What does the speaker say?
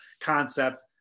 concept